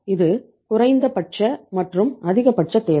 இது குறைந்தபட்ச மற்றும் அதிகபட்ச தேவை